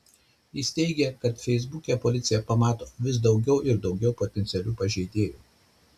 jis teigia kad feisbuke policija pamato vis daugiau ir daugiau potencialių pažeidėjų